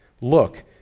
Look